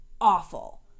awful